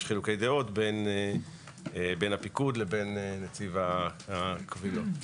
חילוקי דעות בין הפיקוד לנציב הקבילות.